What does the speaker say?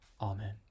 Amen